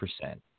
percent